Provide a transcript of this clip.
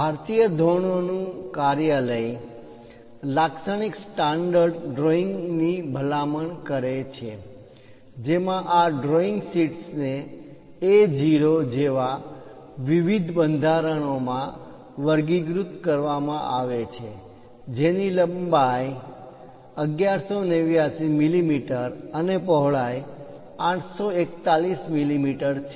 ભારતીય ધોરણો નુ કાર્યાલય લાક્ષણિક સ્ટાન્ડર્ડ ડ્રોઇંગની ભલામણ કરે છે જેમાં આ ડ્રોઈંગ શીટ્સ ને A0 જેવા વિવિધ બંધારણોમાં વર્ગીકૃત કરવામાં આવે છે જેની લંબાઈ 1189 મિલી મીટર અને પહોળાઈ 841 મિલીમીટર છે